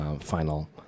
final